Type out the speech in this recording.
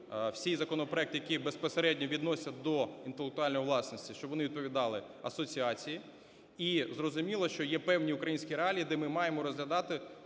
всі законопроекти, які безпосередньо відносяться до інтелектуальної власності, щоб вони відповідали асоціації. І зрозуміло, що є певні українські реалії, де ми маємо розглядати